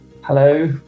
hello